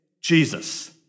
Jesus